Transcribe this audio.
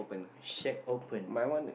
shack open